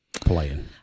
playing